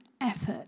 effort